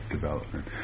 development